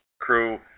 crew